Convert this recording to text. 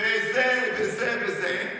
זה וזה וזה,